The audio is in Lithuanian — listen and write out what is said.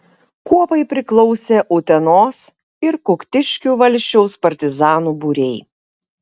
kuopai priklausė utenos ir kuktiškių valsčiaus partizanų būriai